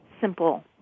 simple